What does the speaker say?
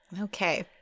Okay